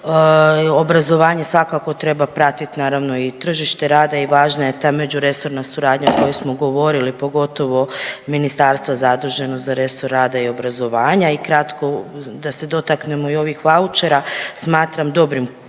Obrazovanje svakako treba pratit naravno i tržište rada i važna je ta međuresorna suradnja o kojoj smo govorili pogotovo ministarstva zaduženo za resor rada i obrazovanja i kratko da se dotaknemo i ovih vaučera. Smatram dobrim iskorakom.